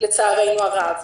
לצערנו הרב.